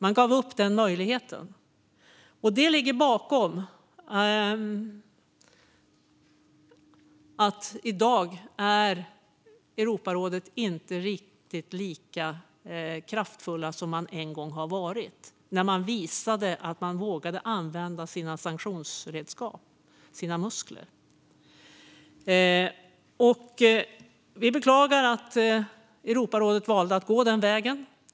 Man gav upp den möjligheten, och det är det som ligger bakom att Europarådet i dag inte är riktigt lika kraftfullt som det en gång var när man visade att man vågade använda sina sanktionsredskap, sina muskler. Vi beklagar att Europarådet valde att gå den vägen.